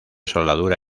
soldadura